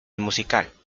musical